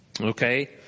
Okay